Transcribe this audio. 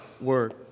word